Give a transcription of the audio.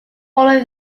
follow